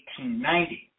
1890